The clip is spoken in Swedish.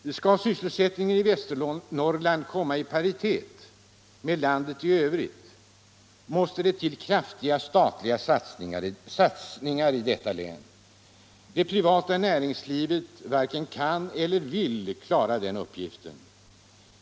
Skall Västernorrland när det gäller sysselsättningen komma i paritet med landet i övrigt måste det till kraftiga statliga satsningar i detta län. Det privata näringslivet varken kan eller vill klara den uppgiften.